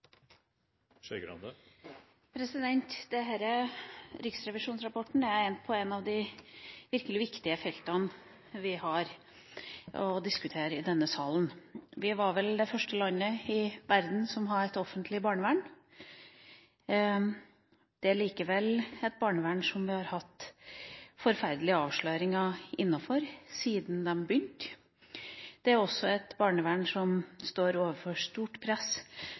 riksrevisjonsrapporten tar for seg et av de virkelig viktige feltene vi kan diskutere i denne salen. Norge var vel det første landet i verden som hadde et offentlig barnevern. Det er likevel et barnevern der vi har hatt forferdelige avsløringer siden de begynte. Det er også et barnevern som står overfor et stort press